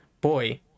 Boy